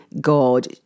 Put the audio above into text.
God